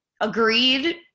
agreed